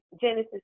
Genesis